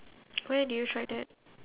where did you try that